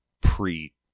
pre